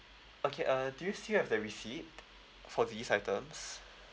okay uh do you still have the receipt for these items